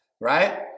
right